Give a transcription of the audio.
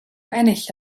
ennill